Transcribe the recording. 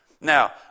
Now